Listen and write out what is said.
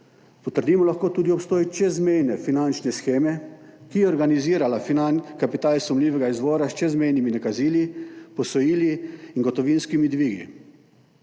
Potrdimo lahko tudi obstoj čezmejne finančne sheme, ki je organizirala kapital sumljivega izvora s čezmejnim nakazili, posojili in gotovinskimi dvigi.